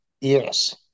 yes